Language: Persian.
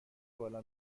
بالا